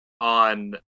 on